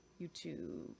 YouTube